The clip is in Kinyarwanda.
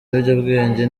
ibiyobyabwenge